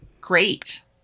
great